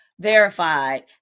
verified